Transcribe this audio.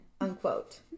unquote